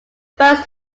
first